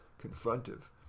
confrontive